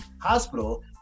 hospital